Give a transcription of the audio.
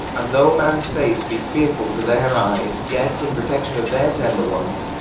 and though mans face be fearefull to their eyes, yet in protection of their tender ones,